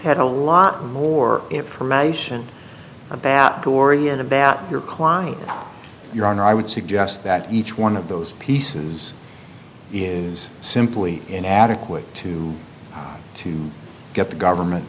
had a lot more information about tori and about your client your honor i would suggest that each one of those pieces is simply inadequate to to get the government